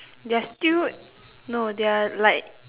they're still no they're like